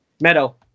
Meadow